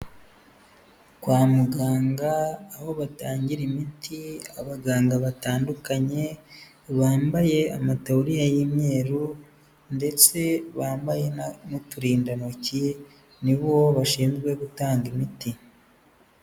Kwa muganga, aho batangira imiti, abaganga batandukanye bambaye amatawuriya y'imyeru, ndetse bambaye n'uturindantoki, ni bo bashinzwe gutanga imiti.